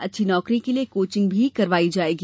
अच्छी नौकरी के लिये कोचिंग भी करवायी जायेगी